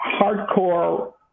hardcore